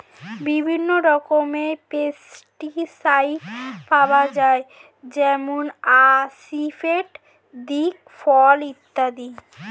বিভিন্ন রকমের পেস্টিসাইড পাওয়া যায় যেমন আসিফেট, দিকফল ইত্যাদি